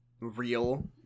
real